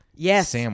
Yes